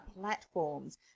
platforms